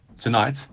tonight